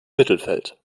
mittelfeld